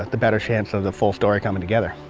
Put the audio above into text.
the better chance of the full story coming together.